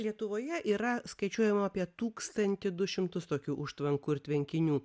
lietuvoje yra skaičiuojama apie tūkstantį du šimtus tokių užtvankų ir tvenkinių